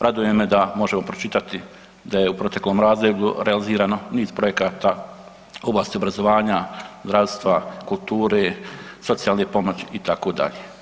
Raduje me da možemo pročitati da je u proteklom razdoblju realizirano niz projekata u oblasti obrazovanja, zdravstva, kulture, socijalne pomoći itd.